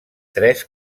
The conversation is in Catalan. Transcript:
tres